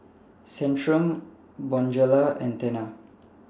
Centrum Bonjela and Tena